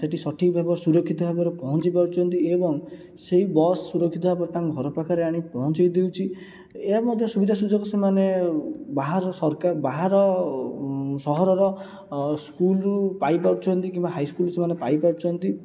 ସେଠି ସଠିକ୍ ଏବଂ ସୁରକ୍ଷିତ ଭାବରେ ପହଞ୍ଚି ପାରୁଛନ୍ତି ଏବଂ ସେହି ବସ୍ ସୁରକ୍ଷିତ ଭାବରେ ତାଙ୍କ ଘର ପାଖରେ ଆଣି ପହଞ୍ଚାଇ ଦେଉଛି ଏହା ମଧ୍ୟ ସୁବିଧା ସୁଯୋଗ ସେମାନେ ବାହାର ସରକାର ବାହାର ସହରର ସ୍କୁଲ୍ରୁ ପାଇପାରୁଛନ୍ତି କିମ୍ବା ହାଇସ୍କୁଲ୍ରୁ ସେମାନେ ପାଇପାରୁଛନ୍ତି